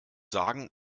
sagen